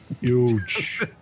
Huge